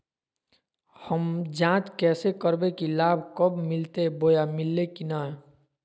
हम जांच कैसे करबे की लाभ कब मिलते बोया मिल्ले की न?